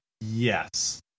Yes